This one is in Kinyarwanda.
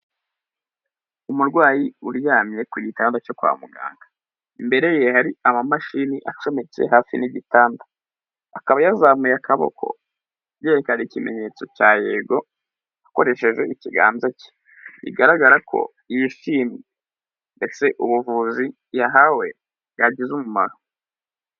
Umurwayi uryamye ku gitanda cyo kwa muganga, imbere ye hari amamashini acometse hafi n'igitanda, akaba yazamuye akaboko yerekana ikimenyetso cya yego akoresheje ikiganza cye, bigaragara ko yishimye ndetse ubuvuzi yahawe bwagize umumaro.